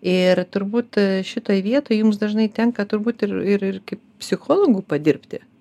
ir turbūt e šitoj vietoj jums dažnai tenka turbūt ir ir kaip psichologu padirbti